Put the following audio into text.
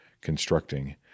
constructing